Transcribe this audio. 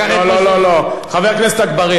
יש לשכה מרכזית, לא, לא, לא, חבר הכנסת אגבאריה.